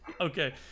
Okay